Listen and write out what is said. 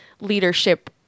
leadership